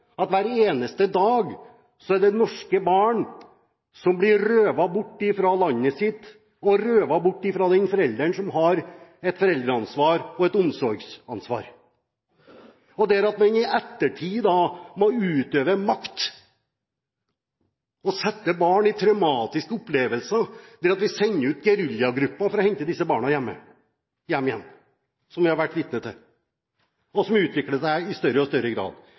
at hver eneste dag er det norske barn som blir røvet bort fra landet sitt og fra den forelderen som har foreldreansvaret og omsorgsansvaret. Og så må en i ettertid utøve makt og gi barn traumatiske opplevelser ved at vi sender ut geriljagrupper for å hente disse barna hjem igjen, som vi har vært vitne til, og som utvikler seg i større og større grad.